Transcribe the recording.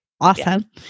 Awesome